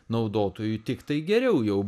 naudotojui tiktai geriau jau